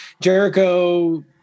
Jericho